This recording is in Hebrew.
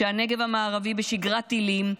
כשהנגב המערבי בשגרת טילים,